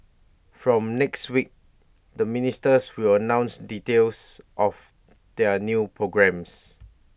from next week the ministers will announce details of their new programmes